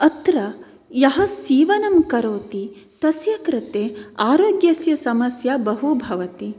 अत्र यः सीवनं करोति तस्य कृते आरोग्यस्य समस्या बहु भवति